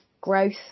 growth